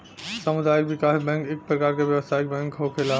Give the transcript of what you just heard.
सामुदायिक विकास बैंक इक परकार के व्यवसायिक बैंक होखेला